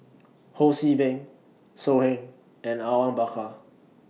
Ho See Beng So Heng and Awang Bakar